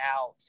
out